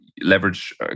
leverage